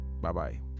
Bye-bye